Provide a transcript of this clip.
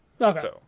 Okay